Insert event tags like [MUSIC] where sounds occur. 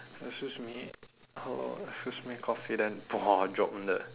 excuse me how long excuse me coffee then [NOISE] drop in the